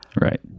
Right